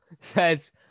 Says